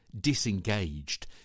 disengaged